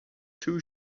too